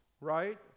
right